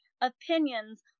opinions